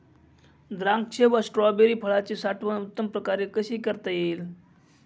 द्राक्ष व स्ट्रॉबेरी फळाची साठवण उत्तम प्रकारे कशी करता येईल?